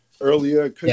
earlier